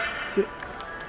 six